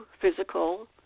physical